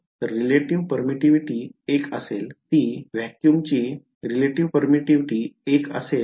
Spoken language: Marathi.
तर relative permittivity १ असेल ती व्हॅक्यूमची relative permittivity १ असेल आणि current source तिथे आहे